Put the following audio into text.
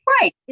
Right